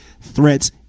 threats